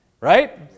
Right